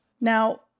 Now